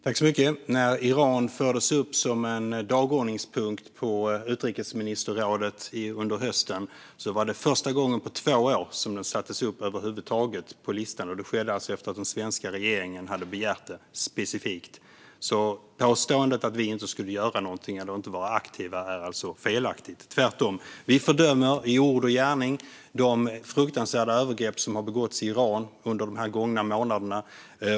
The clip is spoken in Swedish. Herr talman! När Iran fördes upp som dagordningspunkt på utrikesministerrådet under hösten var det första gången på två år som den över huvud taget sattes upp på listan. Det skedde efter att den svenska regeringen specifikt hade begärt det. Påståendet att vi inte skulle göra någonting eller inte vara aktiva är alltså felaktigt. Vi fördömer tvärtom i ord och gärning de fruktansvärda övergrepp som har begåtts i Iran de gångna månaderna.